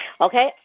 Okay